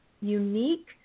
unique